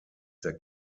der